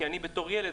כי אני בתור ילד,